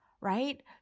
Right